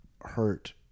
hurt